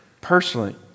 personally